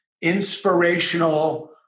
inspirational